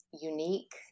unique